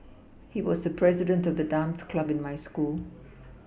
he was the president of the dance club in my school